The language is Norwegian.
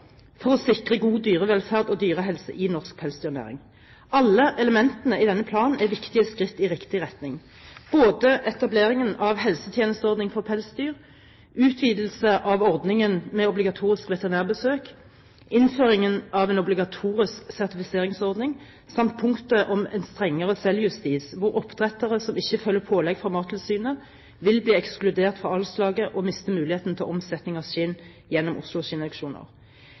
for å sikre god dyrevelferd og dyrehelse i norsk pelsdyrnæring. Alle elementene i denne planen er viktige skritt i riktig retning: både etableringen av helsetjenesteordningen for pelsdyr, utvidelsen av ordningen med obligatorisk veterinærbesøk, innføringen av en obligatorisk sertifiseringsordning og punktet om en strengere selvjustis slik at oppdrettere som ikke følger pålegg fra Mattilsynet, vil bli ekskludert fra avlslaget og miste muligheten til omsetning av skinn gjennom